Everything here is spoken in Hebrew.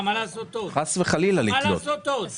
מה לעשות עוד?